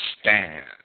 stand